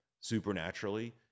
supernaturally